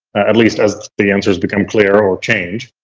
at least as the answers become clearer or change,